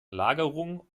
lagerung